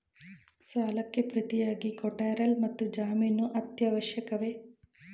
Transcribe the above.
ಸಾಲಕ್ಕೆ ಪ್ರತಿಯಾಗಿ ಕೊಲ್ಯಾಟರಲ್ ಮತ್ತು ಜಾಮೀನು ಅತ್ಯವಶ್ಯಕವೇ?